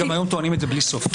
גם היום טוענים את זה בלי סוף.